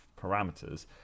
parameters